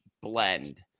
blend